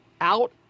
out